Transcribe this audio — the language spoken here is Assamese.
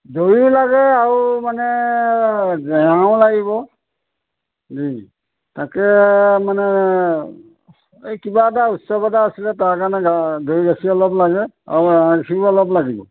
দৈও লাগে আৰু মানে এৱাও লাগিব তাকে মানে এই কিবা এটা উৎসৱ এটা আছিলে তাৰ কাৰণে দৈ গাখীৰ অলপ লাগে আৰু এৱা গাখীৰো অলপ লাগিব